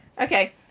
Okay